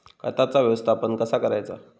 खताचा व्यवस्थापन कसा करायचा?